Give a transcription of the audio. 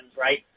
right